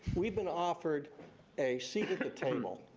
we've been offered a seat at the table,